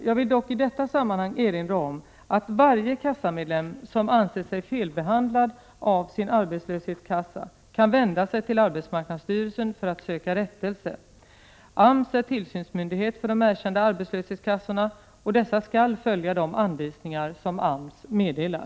Jag vill dock i detta sammanhang erinra om att varje kassamedlem som anser sig felbehandlad av sin arbetslöshetskassa kan vända sig till arbetsmarknadsstyrelsen för att söka rättelse. AMS är tillsynsmyndighet för de erkända arbetslöshetskassorna, och dessa skall följa de anvisningar som AMS meddelar.